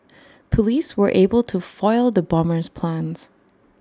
Police were able to foil the bomber's plans